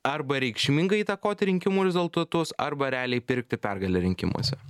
arba reikšmingai įtakoti rinkimų rezultatus arba realiai pirkti pergalę rinkimuose